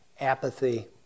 apathy